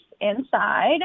inside